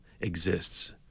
exists